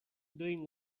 doing